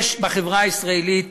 יש בחברה הישראלית